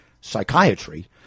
Psychiatry